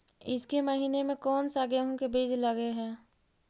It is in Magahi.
ईसके महीने मे कोन सा गेहूं के बीज लगे है?